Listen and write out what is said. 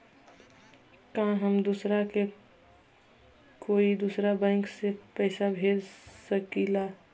का हम दूसरा के कोई दुसरा बैंक से पैसा भेज सकिला?